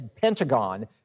Pentagon